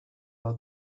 war